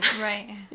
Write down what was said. Right